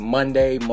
Monday